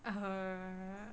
err